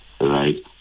right